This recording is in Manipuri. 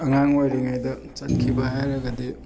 ꯑꯉꯥꯡ ꯑꯣꯏꯔꯤꯉꯩꯗ ꯆꯠꯈꯤꯕ ꯍꯥꯏꯔꯒꯗꯤ